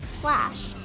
slash